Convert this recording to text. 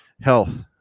health